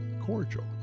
cordial